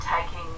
taking